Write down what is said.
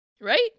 Right